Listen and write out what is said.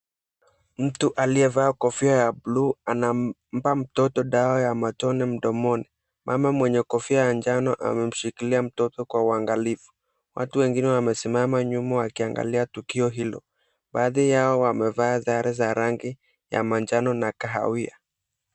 Mtu aliyevaa kofia ya buluu anampa mtoto madawa ya matone mdomoni. Mama mwenye kofia ya njano amemshikilia mtoto kwa uangalifu. Watu wengine wamesimama nyuma akiangalia tukio hilo. Baadhi yao wamevaa sare za rangi ya manjano na kahawia.